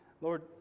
Lord